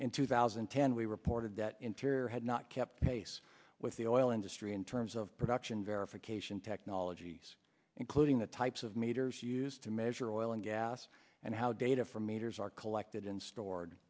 in two thousand and ten we reported that interior had not kept pace with the oil industry in terms of production verification technologies including the types of meters used to measure oil and gas and how data from meters are collected and stored